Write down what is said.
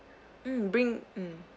mm bring mm